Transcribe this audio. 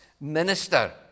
minister